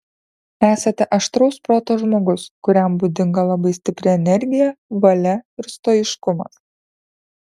esate aštraus proto žmogus kuriam būdinga labai stipri energija valia ir stoiškumas